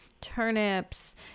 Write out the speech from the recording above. turnips